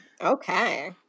okay